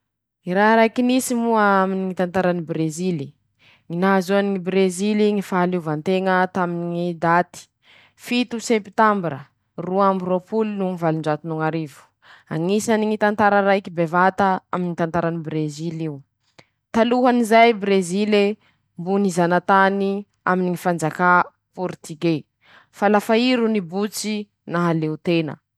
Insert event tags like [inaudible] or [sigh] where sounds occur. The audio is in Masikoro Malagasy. Ñy raha raiky nisy moa, aminy ñy tantara ny Brezily: ñy nahazoany Brezily ñy fahaleovanteña taminy ñy daty fito sepitambira roa amby roapolo no ñy valonjato no ñy arivo, añisany ñy tantara raiky bevata aminy ñy tantarany Brezil'io, [shushes] talohan'izay Brezile, mbo nizanatany aminy ñy fanjakà pôritigé, fa lafa ii ro nibototsy nahaleo tena.